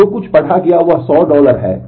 तो जो कुछ भी पढ़ा गया था वह 100 डॉलर है